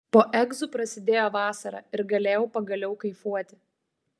po egzų prasidėjo vasara ir galėjau pagaliau kaifuoti